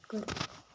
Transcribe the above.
करो